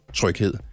tryghed